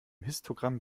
histogramm